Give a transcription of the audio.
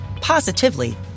positively